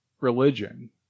religion